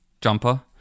jumper